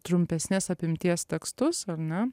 trumpesnės apimties tekstus ar ne